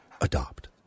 Adopt